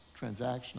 transactional